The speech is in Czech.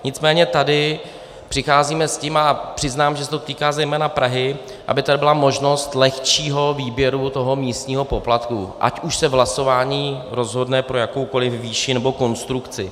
Nicméně tady přicházíme s tím, a přiznám, že se to týká zejména Prahy, aby tady byla možnost lehčího výběru toho místního poplatku, ať už se v hlasování rozhodne pro jakoukoliv výši nebo konstrukci.